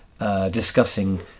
Discussing